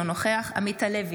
אינו נוכח עמית הלוי,